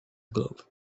glove